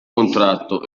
contratto